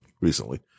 recently